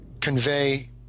Convey